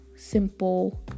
simple